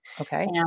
Okay